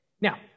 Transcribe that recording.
now